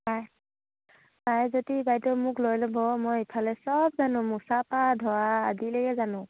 পাৰে পাৰে যদি বাইদেউ মোক লৈ ল'ব মই ইফালে চব জানো মোচাৰপৰা ধৰা আদিলৈকে জানো